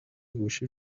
گوشی